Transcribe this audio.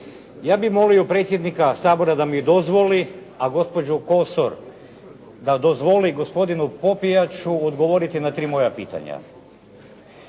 Ja bih molio predsjednika Sabora da mi dozvoli a gospođu Kosor da dozvoli gospodinu Popijaču odgovoriti na tri moja pitanja.